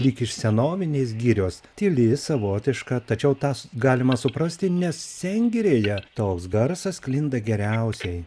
lyg iš senovinės girios tyli savotiška tačiau tas galima suprasti nes sengirėje toks garsas sklinda geriausiai